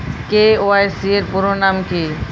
KYC এর পুরোনাম কী?